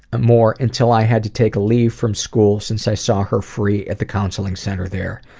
more until i had to take a leave from school since i saw her free at the counselling centre there.